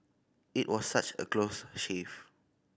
it was such a close shave